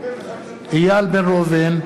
איל בן ראובן,